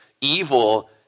evil